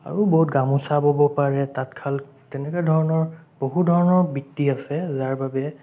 আৰু বহুত গামোচা ব'ব পাৰে তাঁতশাল তেনেকুৱা ধৰণৰ বহুত ধৰণৰ বৃত্তি আছে যাৰ বাবে